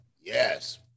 yes